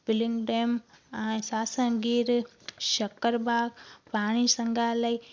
filling डेम ऐ सांसण गीर शक्कर बाग़ राणी संग्राहलय